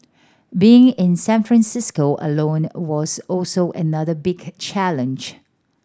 being in San Francisco alone was also another big challenge